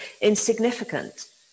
insignificant